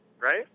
right